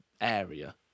area